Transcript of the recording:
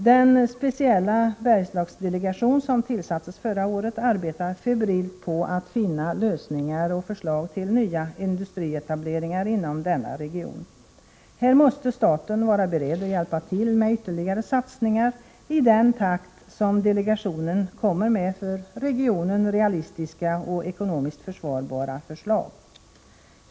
Den speciella Bergslagsdelegation som tillsattes förra året arbetar febrilt på att finna lösningar och förslag till nya industrietableringar inom denna region. Här måste staten vara beredd att hjälpa till med ytterligare satsningar i den takt som delegationen kommer med för regionen realistiska och ekonomiskt försvarbara förslag.